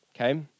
Okay